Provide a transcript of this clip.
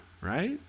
right